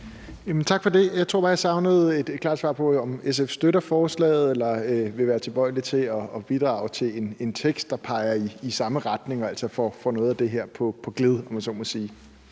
Tak for det. Jeg tror bare, jeg savnede et klart svar på, om SF støtter forslaget, eller om man vil være tilbøjelig til at bidrage til en tekst, der peger i samme retning og altså får noget af det her på gled, om jeg så må sige.